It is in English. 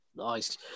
Nice